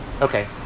okay